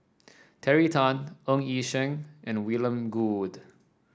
Terry Tan Ng Yi Sheng and William Goode